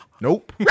Nope